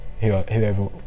whoever